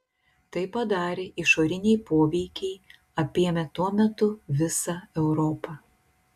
tai padarė išoriniai poveikiai apėmę tuo metu visą europą